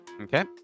Okay